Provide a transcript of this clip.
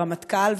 ברמטכ"ל,